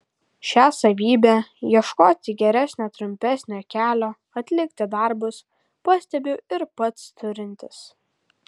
šią savybę ieškoti geresnio trumpesnio kelio atlikti darbus pastebiu ir pats turintis